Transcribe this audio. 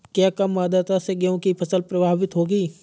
क्या कम आर्द्रता से गेहूँ की फसल प्रभावित होगी?